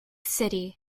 city